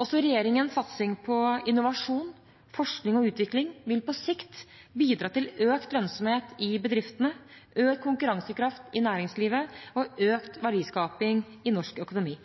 Også regjeringens satsing på innovasjon, forskning og utvikling vil på sikt bidra til økt lønnsomhet i bedriftene, økt konkurransekraft i næringslivet og økt verdiskaping i norsk økonomi.